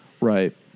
Right